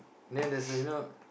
then there's a you know